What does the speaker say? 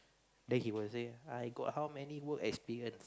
then he will say I got how many work experience